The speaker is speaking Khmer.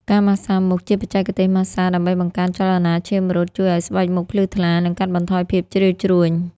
ការម៉ាស្សាមុខ ជាបច្ចេកទេសម៉ាស្សា ដើម្បីបង្កើនចលនាឈាមរត់ ជួយឱ្យស្បែកមុខភ្លឺថ្លា និងកាត់បន្ថយភាពជ្រីវជ្រួញ។